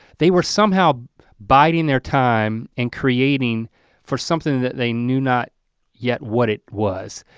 they were somehow biding their time and creating for something that they knew not yet what it was.